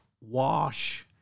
Wash